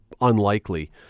unlikely